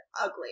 ugly